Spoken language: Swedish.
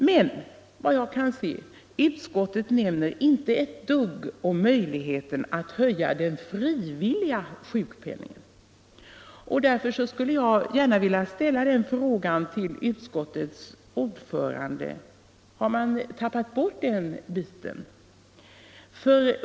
Men, vad jag kan se, nämner utskottet inte ett dugg om möjligheten att höja den frivilliga sjukpenningen. Därför skulle jag gärna vilja fråga utskottets ordförande om man har tappat bort den biten.